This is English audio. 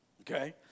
Okay